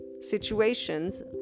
situations